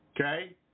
Okay